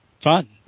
fun